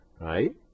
right